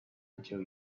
until